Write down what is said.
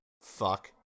fuck